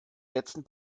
letzten